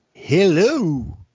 Hello